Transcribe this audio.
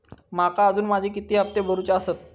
माका अजून माझे किती हप्ते भरूचे आसत?